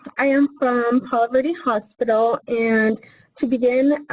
i am from palo verde hospital. and to begin,